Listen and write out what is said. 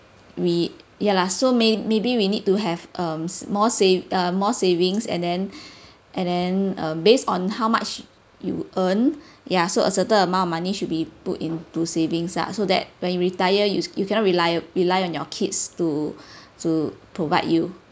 we ya lah so may maybe we need to have um more save uh more savings and then and then uh based on how much you earn ya so a certain amount of money should be put into savings lah so that when you retire you you cannot rely rely on your kids to to provide you